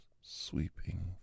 sweeping